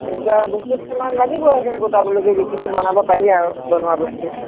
তেনেকুৱা বস্তু কেইটামান লাগিবই সেইখিনি গোটাব লগীয়া যিখিনি বনাব পাৰি আৰু বনোৱা বস্তু